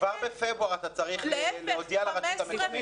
כבר בפברואר אתה צריך להודיע לרשות המקומית.